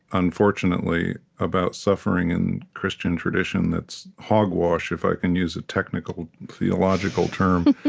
unfortunately, about suffering in christian tradition that's hogwash, if i can use a technical theological term.